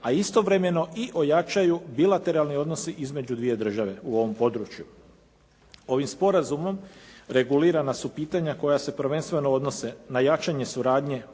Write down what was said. a istovremeno i ojačaju bilateralni odnosi između dvije države u ovom području. Ovim sporazumom regulirana su pitanja koja se prvenstveno odnose na jačanje suradnje